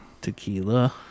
Tequila